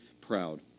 proud